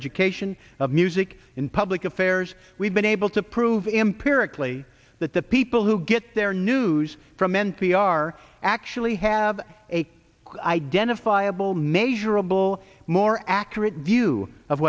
education of music in public affairs we've been able to prove empirically that the people who get their news from n p r actually have a identifiable measurable more accurate view of